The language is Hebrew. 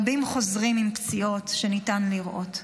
רבים חוזרים עם פציעות שניתן לראות,